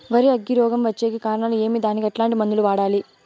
వరి అగ్గి రోగం వచ్చేకి కారణాలు ఏమి దానికి ఎట్లాంటి మందులు వాడాలి?